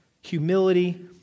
humility